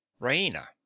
Raina